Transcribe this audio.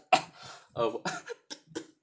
oh